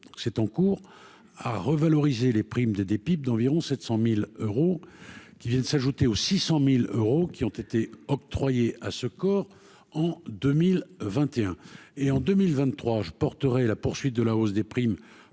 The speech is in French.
c'est en cours à revaloriser les primes des des PIB d'environ 700000 euros, qui viennent s'ajouter aux 600000 euros, qui ont été octroyés à ce corps, en 2021 et en 2023 je porterai la poursuite de la hausse des primes